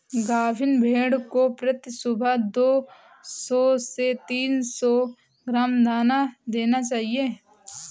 गाभिन भेड़ को प्रति सुबह दो सौ से तीन सौ ग्राम दाना देना चाहिए